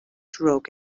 drug